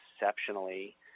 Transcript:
exceptionally